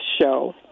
show